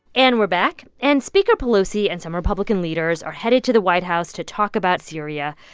and we're back. and speaker pelosi and some republican leaders are headed to the white house to talk about syria.